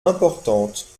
importante